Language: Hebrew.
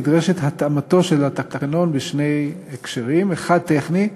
נדרשת התאמתו של התקנון בשני הקשרים: אחד טכני,